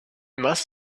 must